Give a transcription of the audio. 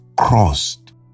crossed